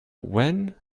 when